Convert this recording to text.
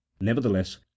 nevertheless